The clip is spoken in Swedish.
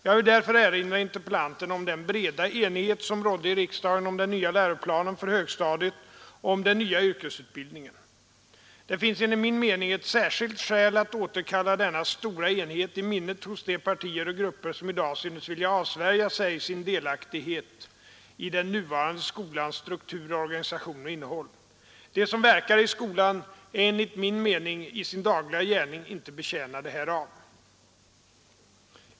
Jag vill därför erinra interpellanten om den breda enighet som rådde i riksdagen om den nya läroplanen för högstadiet och om den nya yrkesutbildningen. Det finns enligt min mening ett särskilt skäl att återkalla denna stora enighet i minnet hos de partier och grupper som i dag synes vilja avsvärja sig sin delaktighet i den nuvarande skolans struktur, organisation och innehåll. De som verkar i skolan är enligt min mening i sin dagliga gärning inte betjänade härav.